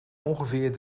ongeveer